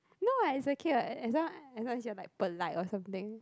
no what it's okay what as long as long as you're like polite or something